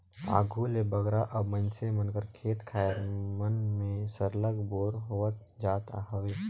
आघु ले बगरा अब मइनसे मन कर खेत खाएर मन में सरलग बोर होवत जात हवे